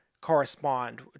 correspond